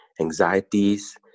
anxieties